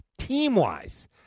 Team-wise